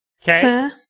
Okay